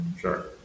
Sure